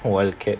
wild cat